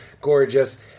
gorgeous